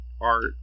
art